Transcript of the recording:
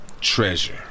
Treasure